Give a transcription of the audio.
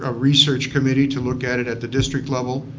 ah research committee to look at it at the district level.